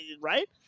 right